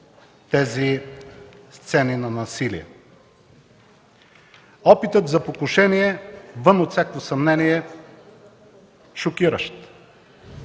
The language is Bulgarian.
тези сцени на насилие. Опитът за покушение, вън от всякакво съмнение, е шокиращ.